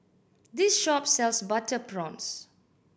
this shop sells butter prawns